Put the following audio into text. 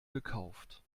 gekauft